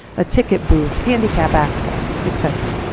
a ticket booth, handicap access, et cetera.